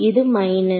இது மைனஸ்